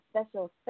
special